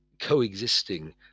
coexisting